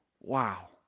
Wow